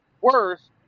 worse